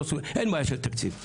אין בעיה של תקציב.